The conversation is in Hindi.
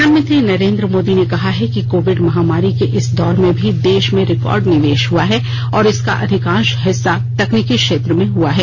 प्रधानमंत्री नरेंद्र मोदी ने कहा है कि कोविड महामारी के इस दौर में भी देश में रिकॉर्ड निवेश हुआ है और इसका अधिकांश हिस्सा तकनीकी क्षेत्र में हुआ है